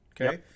Okay